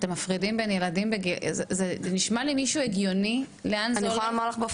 זה נשמע למישהו הגיוני לאן זה הולך.